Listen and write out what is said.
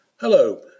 Hello